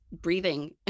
breathing